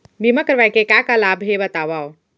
बीमा करवाय के का का लाभ हे बतावव?